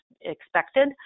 expected